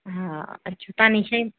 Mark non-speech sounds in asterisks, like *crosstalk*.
हा *unintelligible*